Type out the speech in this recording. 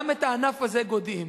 גם את הענף הזה גודעים.